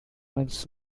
miles